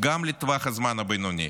גם לטווח הזמן הבינוני,